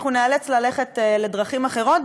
אנחנו ניאלץ ללכת לדרכים אחרות,